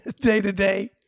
day-to-day